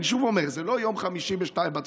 אני שוב אומר: זה לא יום חמישי ב-14:00,